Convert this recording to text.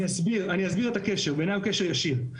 אני אסביר את הקשר, בעיניי הוא קשר ישיר.